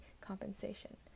compensation